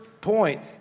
point